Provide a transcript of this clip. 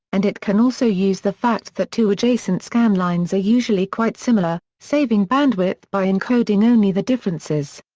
and it can also use the fact that two adjacent scanlines are usually quite similar, saving bandwidth by encoding only the differences.